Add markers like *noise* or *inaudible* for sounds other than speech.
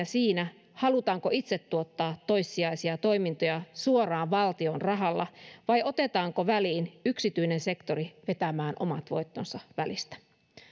*unintelligible* siinä halutaanko itse tuottaa toissijaisia toimintoja suoraan valtion rahalla vai otetaanko väliin yksityinen sektori vetämään omat voittonsa välistä